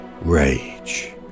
rage